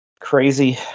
Crazy